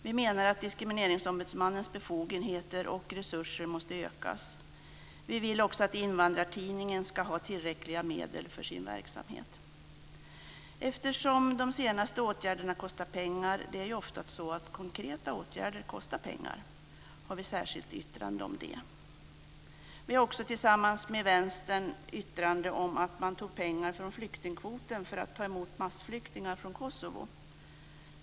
Vi menar att Diskrimineringsombudsmannens befogenheter och resurser måste ökas. Vi vill också att Invandrartidningen ska ha tillräckliga medel för sin verksamhet. Eftersom de sistnämnda åtgärderna kostar pengar - det är ofta så att konkreta åtgärder kostar pengar - har vi ett särskilt yttrande om detta. Vi har också tillsammans med Vänstern ett yttrande om att man tog pengar från flyktingkvoten för att ta emot massflyktingar från Kosovo.